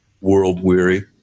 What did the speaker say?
world-weary